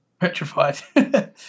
petrified